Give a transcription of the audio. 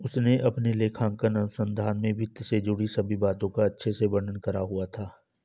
उसने अपने लेखांकन अनुसंधान में वित्त से जुड़ी सभी बातों का अच्छे से वर्णन करा हुआ था